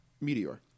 meteor